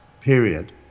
period